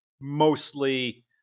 mostly